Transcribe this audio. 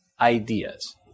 ideas